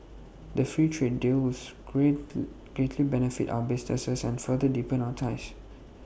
the free trade deal was great greatly benefit our businesses and further deepen our ties